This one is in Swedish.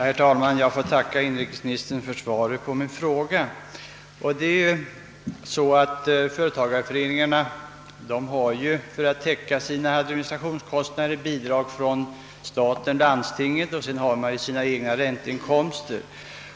Herr talman! Jag ber att få tacka inrikesministern för svaret på min fråga. Företagareföreningarna får ju för att täcka sina administrationskostnader bidrag från stat och landsting och vidare har föreningarna egna ränteinkomster.